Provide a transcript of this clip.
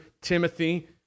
Timothy